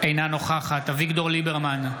אינה נוכחת אביגדור ליברמן,